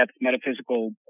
metaphysical